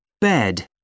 bed